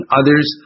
others